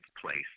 place